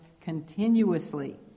continuously